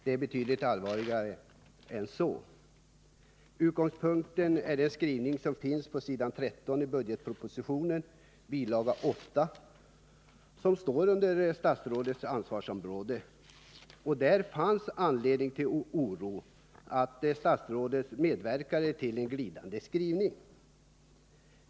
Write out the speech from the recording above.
Det är betydligt allvarligare än så. Utgångspunkten är den skrivning som finns på s. 13 i budgetpropositionen, bil. 8, som står under statsrådets ansvarsområde. Där fanns anledning till oro, då statsrådet medverkade till en glidande skrivning.